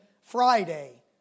Friday